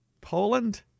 Poland